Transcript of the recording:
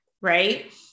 right